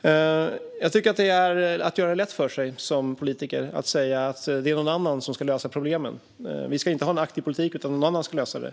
Det är att göra det lätt för sig som politiker att säga att det är någon annan som ska lösa problemen. Vi ska inte ha en aktiv politik, utan någon annan ska lösa det.